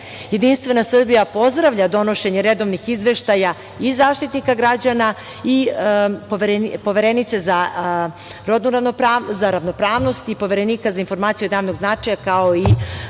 Jedinstvena Srbija pozdravlja donošenje redovnih izveštaja i Zaštitnika građana i Poverenice za ravnopravnost i Poverenika za informacije od javnog značaja, kao i